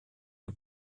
der